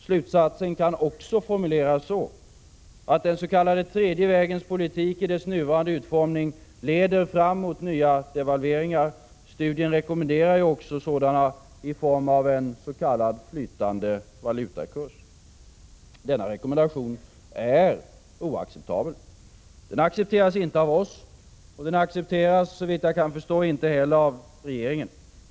Slutsatsen kan också formuleras så, att den s.k. tredje vägens politik i sin nuvarande utformning leder fram mot nya devalveringar. Studien rekommenderar också sådana i form av en s.k. flytande valutakurs. Denna rekommendation är oacceptabel. Den accepteras inte av oss, och den accepteras, såvitt jag kan förstå, inte heller av regeringen.